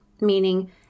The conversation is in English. meaning